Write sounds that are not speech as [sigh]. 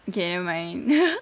okay never mind [laughs]